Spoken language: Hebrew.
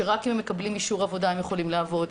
ורק אם הם מקבלים אישור עבודה הם יכולים לעבוד.